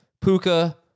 Puka